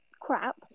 crap